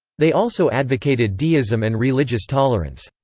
they also advocated deism and religious tolerance.